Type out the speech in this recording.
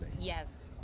Yes